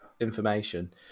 information